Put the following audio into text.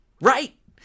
Right